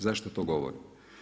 Zašto to govorim?